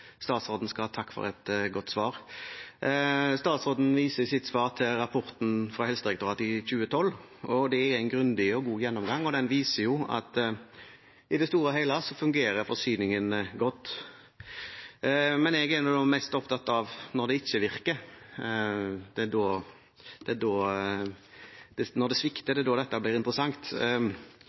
for et godt svar. Statsråden viser i sitt svar til rapporten fra Helsedirektoratet i 2012. Den gir en grundig og god gjennomgang og viser at i det store og hele fungerer forsyningen godt. Men jeg er mest opptatt av når det ikke virker. Det er når det svikter, dette blir interessant. Som statsråden selv peker på: Det skjer stadig oftere. De siste årene har det